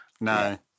No